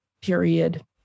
period